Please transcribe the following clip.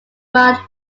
quite